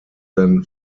than